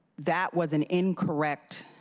that was an incorrect